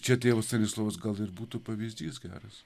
čia tėvas stanislovas gal ir būtų pavyzdys geras